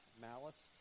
malice